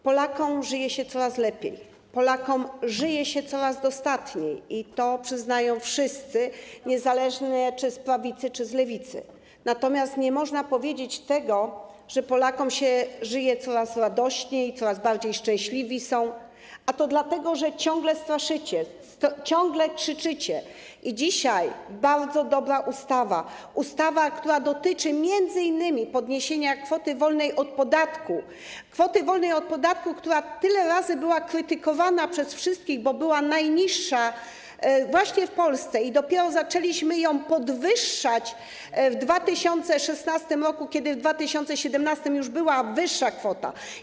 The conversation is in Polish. Polakom żyje się coraz lepiej, Polakom żyje się coraz dostatniej i to przyznają wszyscy niezależnie, czy z prawicy, czy z lewicy, natomiast nie można powiedzieć tego, że Polakom się żyje coraz radośniej i są coraz bardziej szczęśliwi, a to dlatego, że ciągle straszycie, ciągle krzyczycie i dzisiaj bardzo dobra ustawa, ustawa, która dotyczy m.in. podniesienia kwoty wolnej od podatku, kwoty wolnej od podatku, która tyle razy była krytykowana przez wszystkich, bo była najniższa właśnie w Polsce i dopiero zaczęliśmy ją podwyższać w 2016 r., kiedy w 2017 r. już była wyższa kwota.